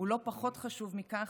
ולא פחות חשוב מכך,